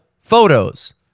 photos